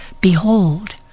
Behold